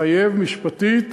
מחייב משפטית,